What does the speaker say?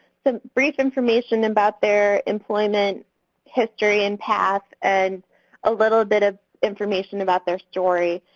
some brief information about their employment history and past and a little bit of information about their story,